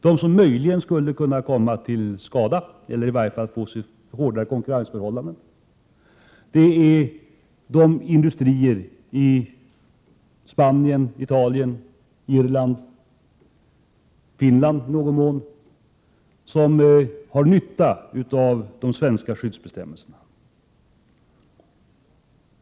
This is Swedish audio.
De som möjligen skulle lida skada eller få svårare konkurrensförhållanden vore de industrier i Spanien, Italien, Irland och i någon mån Finland som har nytta av de svenska skyddsbestämmelserna.